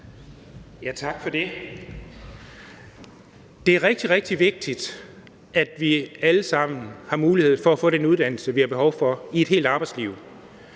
Dahl (DF): Det er rigtig, rigtig vigtigt, at vi allesammen har mulighed for at få den uddannelse, vi har behov for, i løbet af et helt arbejdsliv.